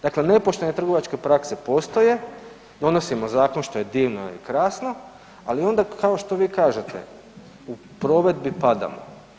Dakle, nepoštene trgovačke prakse postoje, donosimo zakon što je divno i krasno ali onda kao što vi kažete u provedbi padamo.